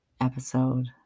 episode